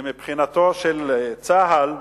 שמבחינתו של צה"ל,